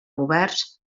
governs